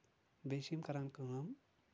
بیٚیہِ چھِ یِم کران کٲم